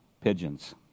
pigeons